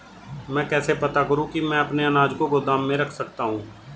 मैं कैसे पता करूँ कि मैं अपने अनाज को गोदाम में रख सकता हूँ?